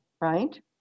right